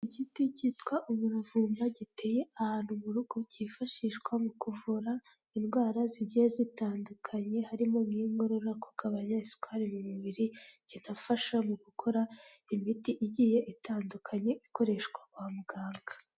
Igiti cyitwa umuravumba giteye ahantu mu rugo kifashishwa mu kuvura indwara zigiye zitandukanye, harimo nk'inkorora, kugabanya isukari mu mubiri, kinafasha mu gukora imiti igiye itandukanye ikoreshwa kwa muganga.